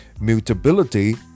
Mutability